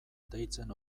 deitzen